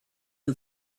who